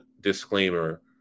disclaimer